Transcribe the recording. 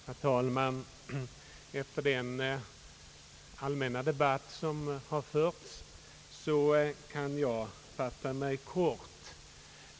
Herr talman! Efter den allmänna debatt som har förts kan jag fatta mig mycket kort.